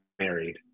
married